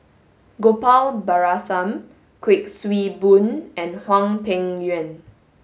Gopal Baratham Kuik Swee Boon and Hwang Peng Yuan